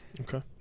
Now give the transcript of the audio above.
Okay